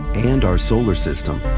and our solar system,